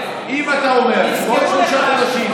אם אתה אומר שבעוד שלושה חודשים,